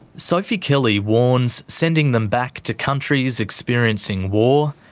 sophie kelly warns sending them back to countries experiencing war,